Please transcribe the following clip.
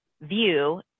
view